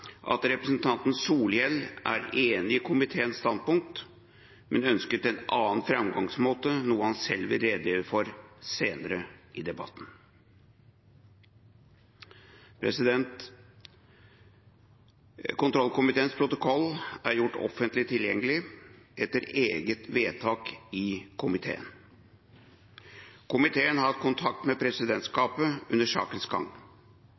at representanten Solhjell er enig i komiteens standpunkt, men ønsket en annen framgangsmåte, noe han selv vil redegjøre for senere i debatten. Kontrollkomiteens protokoll er gjort offentlig tilgjengelig etter eget vedtak i komiteen. Komiteen har hatt kontakt med presidentskapet under sakens gang.